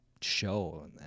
show